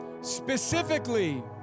Specifically